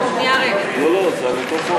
מי נגד?